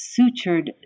sutured